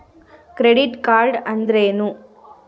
Credit card ಅಂದ್ರೇನು?